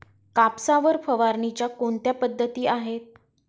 कापसावर फवारणीच्या कोणत्या पद्धती आहेत?